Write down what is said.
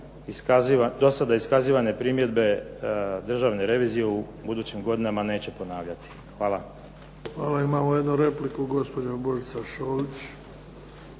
do sada iskazane primjedbe državne revizije u budućim godinama neće ponavljati. Hvala. **Bebić, Luka (HDZ)** Hvala. Imamo jednu repliku, gospođa Božica Šolić.